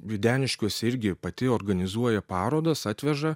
videniškiuose irgi pati organizuoja parodas atveža